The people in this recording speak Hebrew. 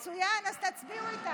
מצוין, אז תצביעו איתנו.